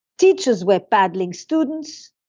teachers were paddling students,